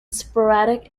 sporadic